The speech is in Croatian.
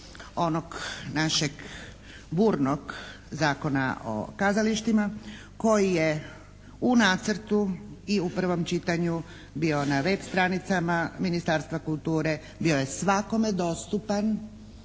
onog našeg burnog Zakona o kazalištima koji je u nacrtu i u prvom čitanju bio na web stranicama Ministarstva kulture, bio je svakome dostupan,